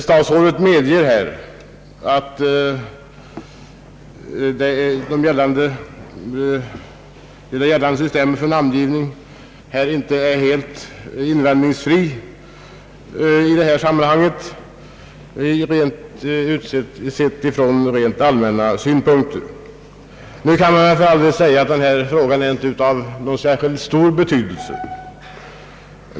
Statsrådet medger att det gällande systemet för namngivning inte är helt invändningsfritt från rent allmänna synpunkter. Nu kan det för all del sägas att denna fråga inte är av så stor betydelse.